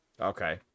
Okay